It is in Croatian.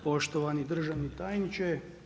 Poštovani državni tajniče.